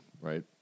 right